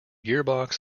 gearbox